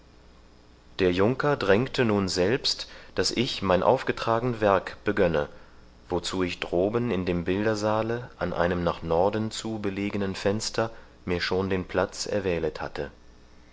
der junker drängte nun selbst daß ich mein aufgetragen werk begönne wozu ich droben in dem bildersaale an einem nach norden zu belegenen fenster mir schon den platz erwählet hatte